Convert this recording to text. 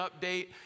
update